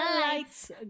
lights